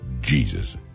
Jesus